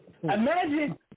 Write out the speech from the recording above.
imagine